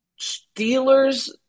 Steelers